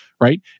right